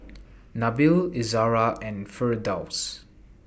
Nabil Izara and Firdaus